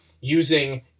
using